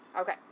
Okay